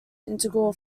integral